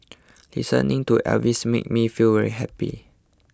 listening to Elvis makes me feel very happy